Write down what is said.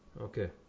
Okay